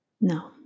No